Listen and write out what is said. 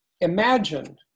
Imagine